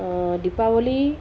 Deepawali